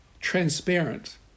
transparent